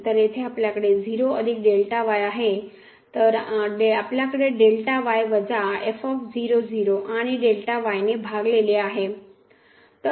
तर येथे आपल्याकडे आहे तर येथे आपल्याकडे वजाआणि ने भागलेले आहे